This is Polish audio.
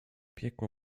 piekło